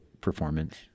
performance